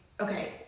okay